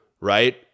right